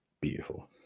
Beautiful